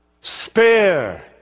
spare